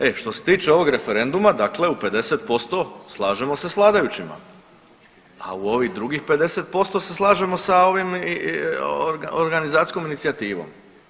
E što se tiče ovog referenduma, dakle u 50% slažemo se sa vladajućima, a u ovih drugih 50% se slažemo sa ovom organizacijskom inicijativom.